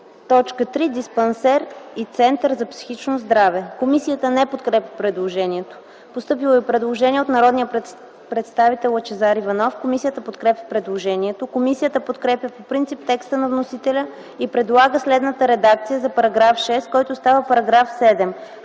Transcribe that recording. така: „3. диспансер и център за психично здраве”. Комисията не подкрепя предложението. Постъпило е предложение от народния представител Лъчезар Иванов. Комисията подкрепя предложението. Комисията подкрепя по принцип текста на вносителя и предлага следната редакция за § 6, който става § 7: „§ 7.